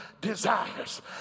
desires